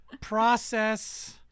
process